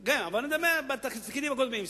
גם שר הפנים, כן, בתפקידים הקודמים.